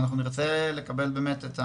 אנחנו נרצה לקבל באמת,